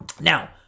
now